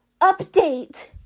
Update